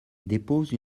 dépose